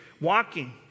walking